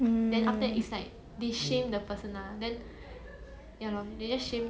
I think it's 不好 lah 因为每个人的身材是不一样的